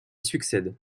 succède